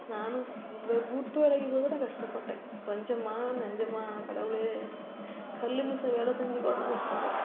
நானும் வே வீட்டு வேலைக்கு போகக்கூட கஷ்டப்பட்டேன் கொஞ்சமா நஞ்சமா கடவுளே கல் மிஷினில் வேலை செஞ்சுகூட நான் கஷ்டப்பட்டேன்